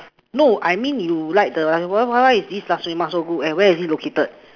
no I mean you like the why why why is this Nasi-Lemak so good and where is it located